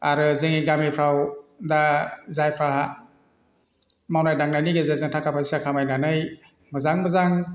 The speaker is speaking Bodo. आरो जोंनि गामिफ्राव दा जायफ्रा मावनाय दांनायनि गेजेरजों थाखा फैसा खामायनानै मोजां मोजां